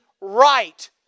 right